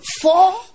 Four